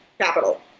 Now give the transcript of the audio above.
capital